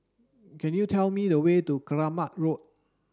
could you tell me the way to Keramat Road